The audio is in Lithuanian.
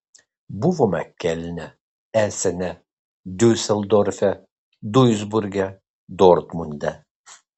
buvome kelne esene diuseldorfe duisburge dortmunde